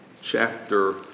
chapter